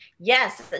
Yes